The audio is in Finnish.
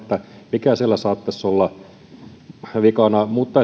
mikä siellä saattaisi olla vikana mutta